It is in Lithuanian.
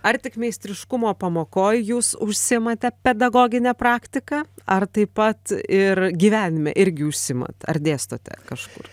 ar tik meistriškumo pamokoj jūs užsiimate pedagogine praktika ar taip pat ir gyvenime irgi užsiimat ar dėstote kažkur